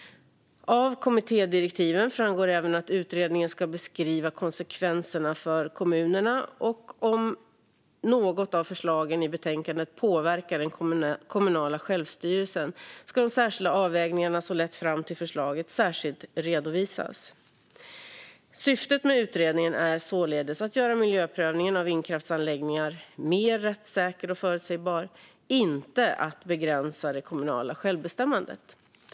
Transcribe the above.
Av kommittédirektiven framgår även att utredningen ska beskriva konsekvenserna för kommunerna, och om något av förslagen i betänkandet påverkar den kommunala självstyrelsen ska de särskilda avvägningar som lett fram till förslagen särskilt redovisas. Syftet med utredningen är således att göra miljöprövningen av vindkraftsanläggningar mer rättssäker och förutsägbar, inte att begränsa det kommunala självbestämmandet.